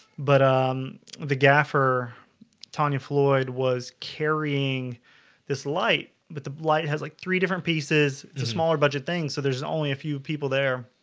but um the gaffer tanya floyd was carrying this light but the blight has like three different pieces. it's a smaller budget things so there's only a few people there